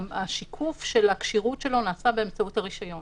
השיקוף של הכשירות שלו נעשה באמצעות הרישיון